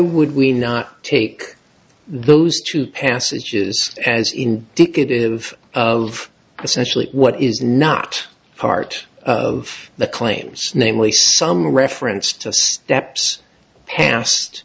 would we not take those two passages as indicative of essentially what is not part of the claims namely some reference to steps past